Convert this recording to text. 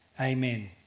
amen